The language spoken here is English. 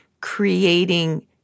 creating